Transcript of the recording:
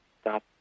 stop